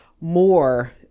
more